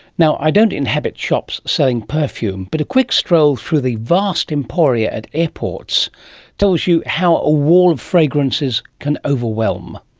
i don't inhabit shops selling perfume, but a quick stroll through the vast emporia at airports tells you how a wall of fragrances can overwhelm.